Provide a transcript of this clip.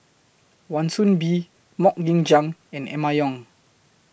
Wan Soon Bee Mok Ying Jang and Emma Yong